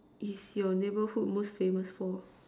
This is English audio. is your neighbourhood most famous for